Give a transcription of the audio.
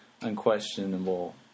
unquestionable